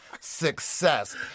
success